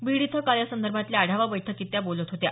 बीड इथं काल यासंदर्भातल्या आढावा बैठकीत त्या बोलत होत्या